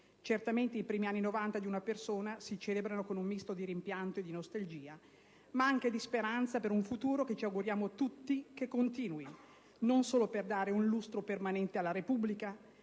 Certamente, i primi novant'anni di una persona si celebrano con un misto di rimpianto e di nostalgia, ma anche di speranza per un futuro che ci auguriamo tutti che continui, non solo per dare un lustro permanente alla Repubblica,